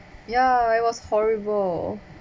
ya it was horrible